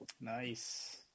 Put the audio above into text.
nice